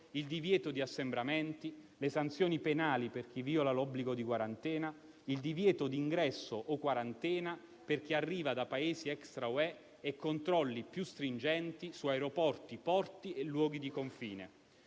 il divieto di assembramenti; le sanzioni penali per chi viola l'obbligo di quarantena; il divieto di ingresso o quarantena per chi arriva da Paesi extra-UE e controlli più stringenti su aeroporti, porti e luoghi di confine.